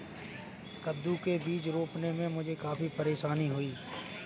कद्दू के बीज रोपने में मुझे काफी परेशानी हुई